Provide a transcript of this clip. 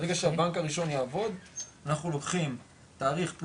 ברגע שהבנק הראשון יעבוד אנחנו לוקחים תאריך פלוס